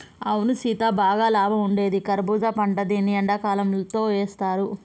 అవును సీత బాగా లాభం ఉండేది కర్బూజా పంట దీన్ని ఎండకాలంతో వేస్తారు